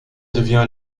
devient